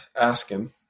asking